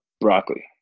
broccoli